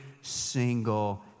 single